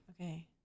Okay